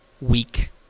week